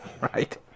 Right